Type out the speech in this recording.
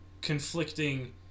conflicting